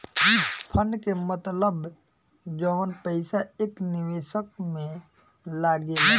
fund के मतलब जवन पईसा एक निवेशक में लागेला